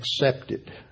accepted